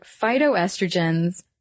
phytoestrogens